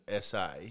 SA